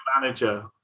manager